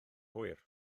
hwyr